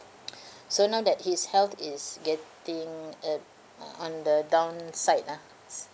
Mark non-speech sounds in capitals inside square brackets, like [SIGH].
[BREATH] so now that his health is getting at uh on the downside ah